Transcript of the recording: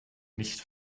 nicht